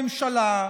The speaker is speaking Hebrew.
הממשלה,